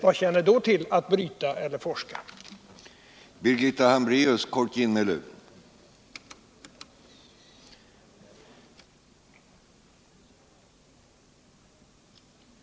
Och det innebär naturligtvis kostnader.